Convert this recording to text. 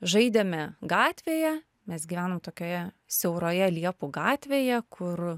žaidėme gatvėje mes gyvenom tokioje siauroje liepų gatvėje kur